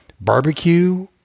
barbecue